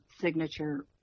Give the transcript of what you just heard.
signature